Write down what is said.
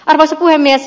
arvoisa puhemies